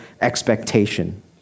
expectation